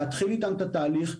להתחיל איתם את התהליך.